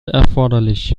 erforderlich